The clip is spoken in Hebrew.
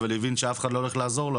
אבל הבין שאף אחד לא הולך לעזור לו,